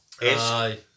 Aye